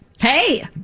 Hey